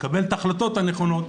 לקבל את ההחלטות הנכונות.